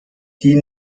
die